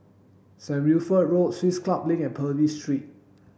Saint Wilfred Road Swiss Club Link and Purvis Street